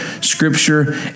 scripture